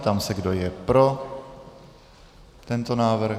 Ptám se, kdo je pro tento návrh.